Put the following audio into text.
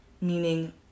meaning